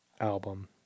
album